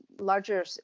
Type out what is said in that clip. larger